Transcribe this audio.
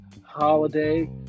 holiday